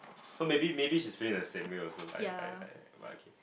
so maybe maybe she's feeling the same way also like like like right Kim